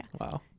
wow